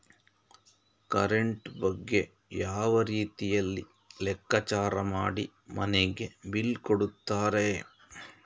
Current ಬಗ್ಗೆ ಯಾವ ರೀತಿಯಲ್ಲಿ ಲೆಕ್ಕಚಾರ ಮಾಡಿ ಮನೆಗೆ ಬಿಲ್ ಕೊಡುತ್ತಾರೆ?